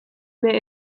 mehr